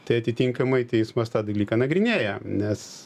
tai atitinkamai teismas tą dalyką nagrinėja nes